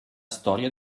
storia